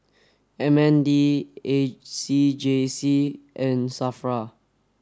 M N D A C J C and SAFRA